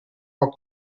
poc